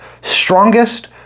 strongest